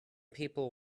people